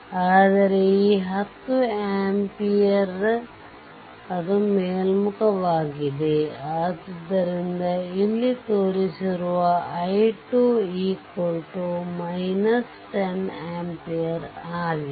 ಆದರೆ ಈ 10 ಆಂಪಿಯರ್ ಅದು ಮೇಲ್ಮುಖವಾಗಿದೆ ಆದ್ದರಿಂದ ಇಲ್ಲಿ ತೋರಿಸಿರುವ i2 10 ampere ಆಗಿದೆ